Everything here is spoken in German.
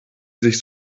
sich